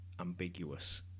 ambiguous